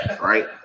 right